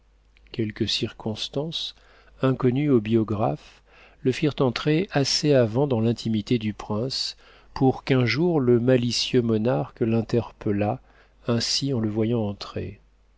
quelques circonstances inconnues aux biographes le firent entrer assez avant dans l'intimité du prince pour qu'un jour le malicieux monarque l'interpellât ainsi en le voyant entrer